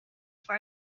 for